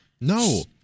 No